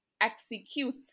execute